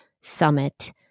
Summit